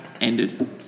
ended